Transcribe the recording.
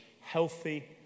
healthy